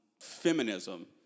feminism